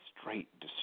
straight